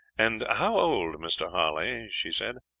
and how old, mr. harley she said,